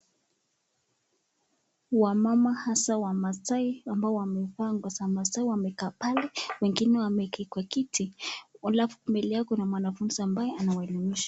Wamama hasa wamasai ambao wamevaa nguo za Maasai wamekaa pale wengine wamekaa kwa kiti. Alafu mbele yao kuna mwanafuzi ambaye anawaelimisha.